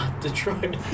Detroit